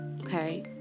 Okay